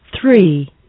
three